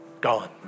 gone